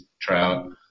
trout